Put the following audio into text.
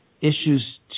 issues